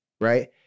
right